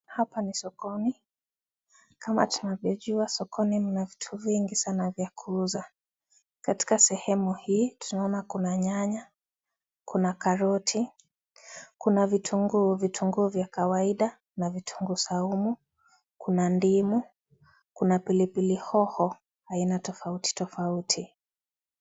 Hapa ni sokoni kama tunavyojua sokoni mna vitu vingi sana vya kuuza, katika sehemu hii tunaona kuna nyanya, kuna karoti, kuna vitunguu, vitunguu vya kawaida na vitungu saumu, kuna ndimu, kuna pili pili hoho aina tofauti tofauti.